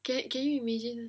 can can you imagine